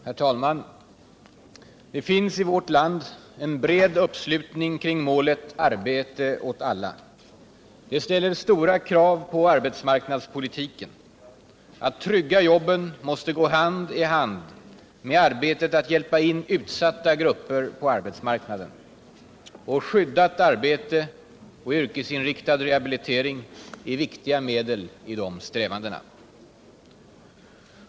Herr talman! Det finns i vårt land en bred uppslutning kring målet arbete åt alla. Det ställer stora krav på arbetsmarknadspolitiken. Att trygga jobben måste gå hand i hand med arbetet att hjälpa in utsatta grupper på arbetsmarknaden. Skyddat arbete och yrkesinriktad rehabilitering är viktiga medel i de strävandena.